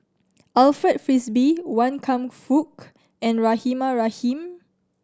Alfred Frisby Wan Kam Fook and Rahimah Rahim